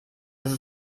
dass